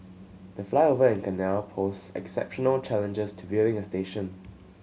the flyover and canal posed exceptional challenges to building a station